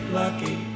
lucky